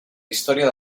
història